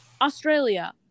Australia